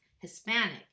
Hispanic